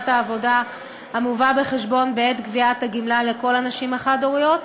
העבודה המובא בחשבון בעת קביעת הגמלה לכל הנשים החד-הוריות,